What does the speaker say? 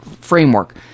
framework